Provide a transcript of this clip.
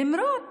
למרות